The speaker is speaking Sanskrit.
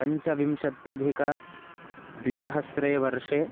पञ्चविंशत्यधिकद्विसहस्रे वर्षे